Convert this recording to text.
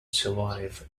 survive